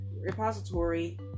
repository